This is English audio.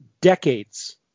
decades